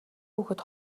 хүүхэд